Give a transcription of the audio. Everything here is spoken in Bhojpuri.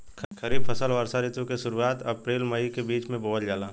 खरीफ फसल वषोॅ ऋतु के शुरुआत, अपृल मई के बीच में बोवल जाला